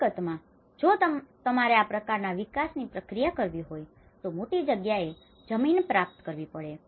હકીકતમાં જો તમારે આ પ્રકારના વિકાસની પ્રક્રિયા કરવી હોય તો મોટી જગ્યાએ જમીન પ્રાપ્ત કરવી પડે